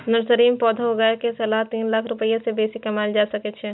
nursery मे पौधा उगाय कें सालाना तीन लाख रुपैया सं बेसी कमाएल जा सकै छै